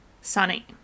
sunny